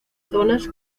zonas